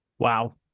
Wow